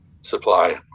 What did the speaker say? supply